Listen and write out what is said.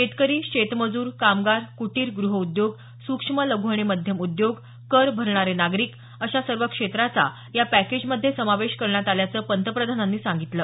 शेतकरी शेतमजुर कामगार कुटीर गृह उद्योग सुक्ष्म लघू आणि मध्यम उद्योग कर भरणारे नागरिक अशा सर्व क्षेत्राचा या पॅकेजमध्ये समावेश करण्यात आल्याचं पंतप्रधानांनी सांगितलं